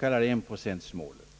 enprocentsmålet.